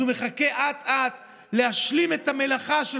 אז הוא מחכה אט-אט להשלים את המלאכה של